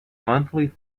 monthly